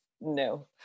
No